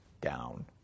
down